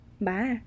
Bye